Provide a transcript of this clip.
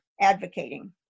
advocating